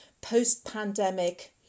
post-pandemic